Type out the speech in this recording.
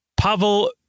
Pavel